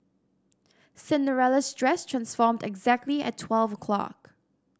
Cinderella's dress transformed exactly at twelve o'clock